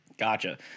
Gotcha